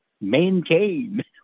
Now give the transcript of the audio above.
maintain